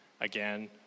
again